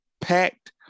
packed